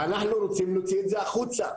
ואנחנו רוצים להוציא את זה החוצה,